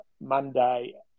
Monday